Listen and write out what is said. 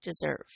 deserve